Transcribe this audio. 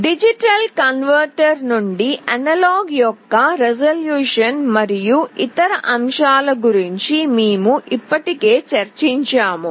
digital converter నుండి analogue యొక్క resolution మరియు ఇతర అంశాల గురించి మేము ఇప్పటికే చర్చించాము